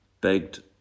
begged